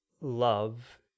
love